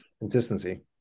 consistency